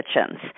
kitchens